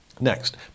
Next